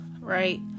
right